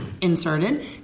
inserted